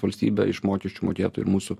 valstybė iš mokesčių mokėtojų ir mūsų